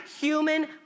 human